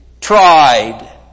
tried